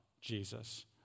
Jesus